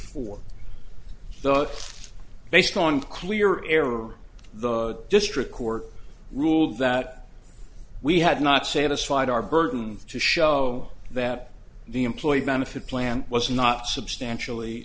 four based on clear error the district court ruled that we had not satisfied our burden to show that the employee benefit plan was not substantially